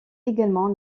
également